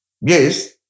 Yes